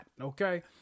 okay